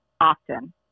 often